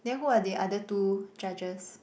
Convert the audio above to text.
then who are the other two judges